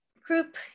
group